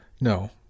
No